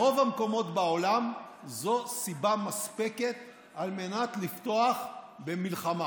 ברוב המקומות בעולם זו סיבה מספקת לפתוח במלחמה.